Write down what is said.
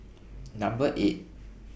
Number eight